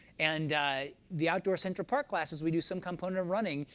and the outdoor center park classes, we do some component of running,